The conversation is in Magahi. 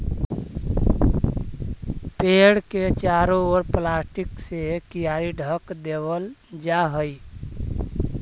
पेड़ के चारों ओर प्लास्टिक से कियारी ढँक देवल जा हई